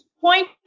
point